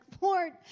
Lord